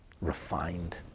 refined